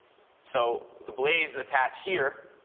so the blades attach here,